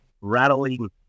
rattling